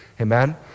Amen